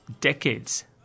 decades